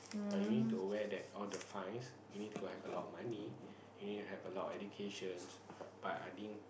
but you need to aware that all the fines you need to go have a lot money you need to have a lot of education but I think